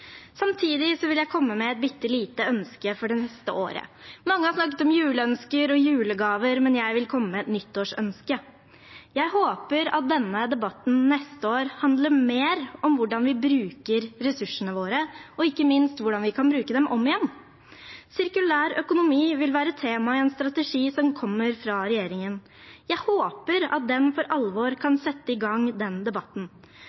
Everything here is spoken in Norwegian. Samtidig vil jeg komme med et bitte lite ønske for det neste året. Mange har snakket om juleønsker og julegaver, men jeg vil komme med et nyttårsønske: Jeg håper at denne debatten neste år handler mer om hvordan vi bruker ressursene våre, og ikke minst om hvordan vi kan bruke dem om igjen. Sirkulær økonomi vil være tema i en strategi som kommer fra regjeringen. Jeg håper at den for alvor kan sette i gang den debatten.